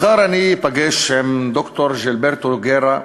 מחר אני אפגש עם ד"ר ג'ילברטו גרה,